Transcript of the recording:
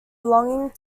belonging